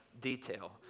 detail